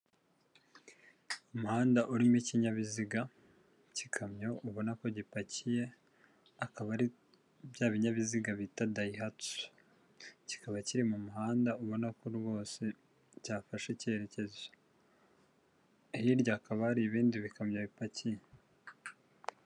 Umuhanda urimo ikinyabiziga cy'ikamyo ubona ko gipakiye akaba ari bya binyabiziga bita dayihatsu kikaba kiri mu muhanda ubona ko cyafashe icyekezo hirya hari ibindi bikamyo bipakiye.